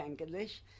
English